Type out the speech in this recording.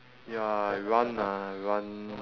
ya I run ah I run